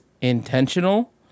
intentional